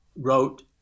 wrote